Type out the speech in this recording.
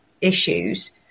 issues